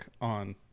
on